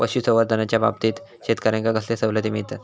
पशुसंवर्धनाच्याबाबतीत शेतकऱ्यांका कसले सवलती मिळतत?